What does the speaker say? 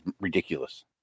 ridiculous